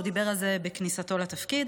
הוא דיבר על זה בכניסתו לתפקיד.